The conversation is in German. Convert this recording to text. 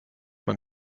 man